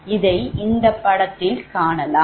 இதை இந்த படத்தில் காணலாம்